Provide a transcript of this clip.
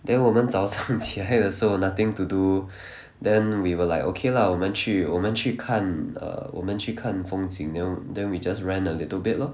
then 我们早上起来的时候 nothing to do then we were like okay lah 我们去我们去看 err 我们去看风景 the~ then we just ran a little bit lor